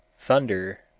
thunder,